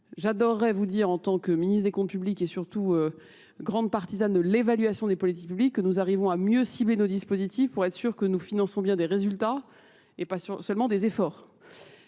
J'adorerais vous dire en tant que ministre des Comptes publics et surtout grande partisane de l'évaluation des politiques publiques que nous arrivons à mieux cibler nos dispositifs pour être sûrs que nous finançons bien des résultats et pas seulement des efforts.